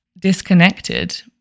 disconnected